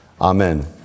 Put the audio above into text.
Amen